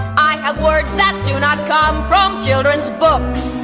i have words that do not come from children's books.